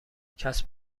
کسب